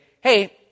hey